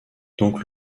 donc